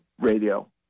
radio